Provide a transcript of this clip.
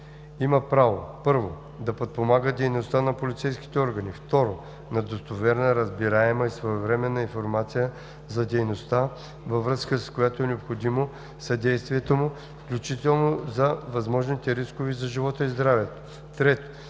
има право: 1. да подпомага дейността на полицейските органи; 2. на достоверна, разбираема и своевременна информация за дейността, във връзка с която е необходимо съдействието му, включително за възможните рискове за живота и здравето му;